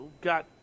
got